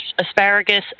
asparagus